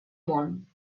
món